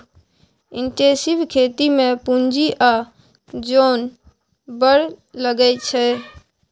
intensive खेती मे पुंजी आ जोन बड़ लगै छै